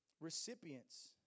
recipients